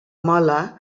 mola